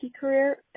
career